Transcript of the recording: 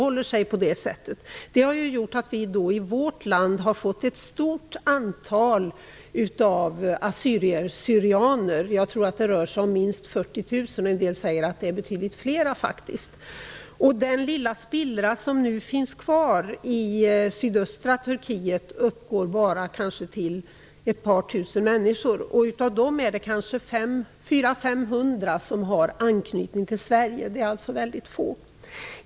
Den här situationen i Turkiet har lett till att det till vårt land har kommit ett stort antal assyrier/syrianer. Jag tror att det rör sig om minst 40 000 personer medan andra säger att det är fråga om betydligt flera. Den lilla spillra av den här folkgruppen som nu finns kvar i sydöstra Turkiet uppgår troligen bara till ett par tusen människor. Av dem har kanske 400-500 personer anknytning till Sverige. Det är således ytterst få.